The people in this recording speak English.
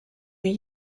were